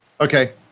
Okay